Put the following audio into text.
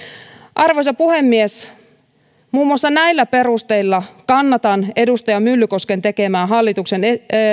arvoisa puhemies muun muassa näillä perusteilla kannatan edustaja myllykosken tekemää hallituksen